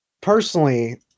Personally